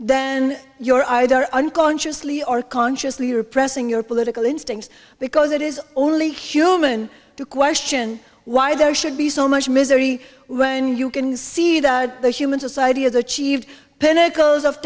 then you're either unconsciously or consciously repressing your political instincts because it is only human to question why there should be so much misery when you can see that the human society has achieved pinnacles of